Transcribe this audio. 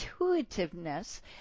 intuitiveness